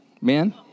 men